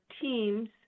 teams